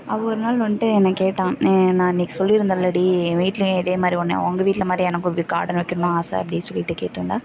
அவள் ஒரு நாள் வந்துட்டு என்ன கேட்டால் நான் அன்னைக்கு சொல்லிருந்தல்லடி என் வீட்லையும் இதே மாதிரி ஒன்று உங்கள் வீட்டில் மாதிரி எனக்கு இப்படி கார்டன் வைக்கணுன்னு ஆசை அப்படி சொல்லிட்டு கேட்ருந்தால்